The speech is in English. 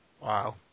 Wow